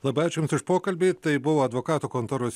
labai ačiū jums už pokalbį tai buvo advokatų kontoros